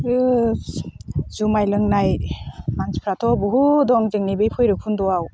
जुमाय लोंनाय मानसिफ्राथ' बहुद दं जोंनि बे भैरबखुन्द'आव